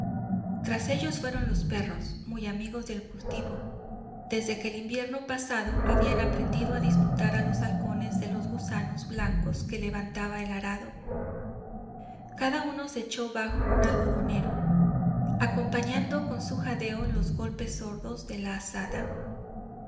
tras ellos fueron los perros muy amigos del cultivo desde que el invierno pasado habían aprendido a disputar a los halcones los gusanos blancos que levantaba el arado cada uno se echó bajo un algodonero acompañando con su jadeo los golpes sordos de la azada